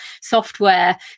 software